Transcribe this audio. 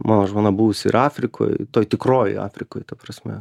mano žmona buvusi ir afrikoj toj tikrojoj afrikoj ta prasme